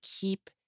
keep